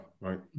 right